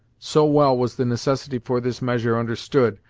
so well was the necessity for this measure understood,